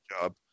job